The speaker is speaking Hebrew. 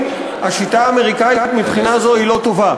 השיטה האמריקנית מבחינה זו היא לא טובה.